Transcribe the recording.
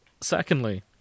Secondly